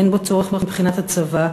אין בו צורך מבחינת הצבא,